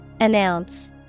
Announce